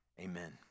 Amen